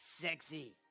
Sexy